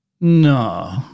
no